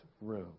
room